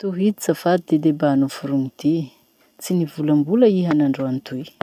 Tohizo zafady ty debat noforogny ty: tsy nivolambola iha nandroany toy.